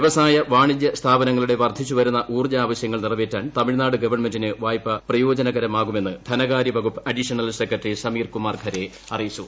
വ്യവസായ വാണിജ്യ സ്ഥാപനങ്ങളുടെ വർദ്ധിച്ചു വരുന്ന ഊർജ്ജ ആവശ്യങ്ങൾ നിറവേറ്റാൻ തമിഴ്നാട് ഗവൺമെന്റിന് വായ്പ പ്രയോജനകരമാവുമെന്ന് ധനകാര്യവകുപ്പ് അഡീഷണൽ സെക്രട്ടറി സമീർ കുമാർ ഖരെ അറിയിച്ചു